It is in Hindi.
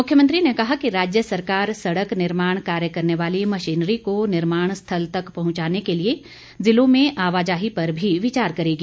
मुख्यमंत्री ने कहा कि राज्य सरकार सड़क निर्माण कार्य करने वाली मशीनरी को निर्माण स्थल तक पहुंचाने के लिए जिलों में आवाजाही पर भी विचार करेगी